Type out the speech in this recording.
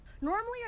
Normally